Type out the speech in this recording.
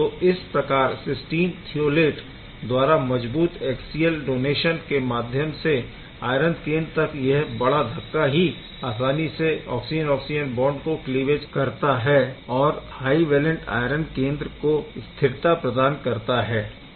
तो इस प्रकार सिस्टीन थीयोलेट द्वारा मजबूत ऐक्ससियल डोनेशन के माध्यम से आयरन केंद्र तक यह बड़ा धक्का ही आसानी से ऑक्सिजन ऑक्सिजन बॉन्ड को क्लीवेज करता है और हाइ वैलेंट आयरन केंद्र को स्थिरता प्रदान करता है